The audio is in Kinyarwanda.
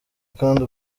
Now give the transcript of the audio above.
kandi